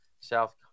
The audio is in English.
South